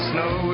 Snow